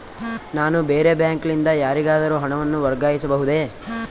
ನಾನು ಬೇರೆ ಬ್ಯಾಂಕ್ ಲಿಂದ ಯಾರಿಗಾದರೂ ಹಣವನ್ನು ವರ್ಗಾಯಿಸಬಹುದೇ?